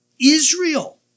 Israel